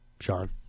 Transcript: Sean